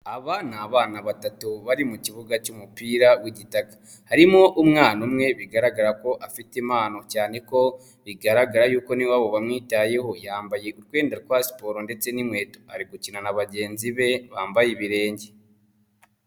Aba ni abana batatu bari mu kibuga cy'umupira w'igitaka harimo umwana umwe bigaragara ko afite impano cyane ko bigaragara yuko n'iwabo bamwitayeho, yambaye utwenda twa siporo ndetse n'inkweto ari gukina na bagenzi be bambaye ibirenge.